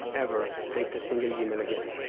ever, faked a single gimmel again.